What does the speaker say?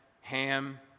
Ham